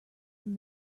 from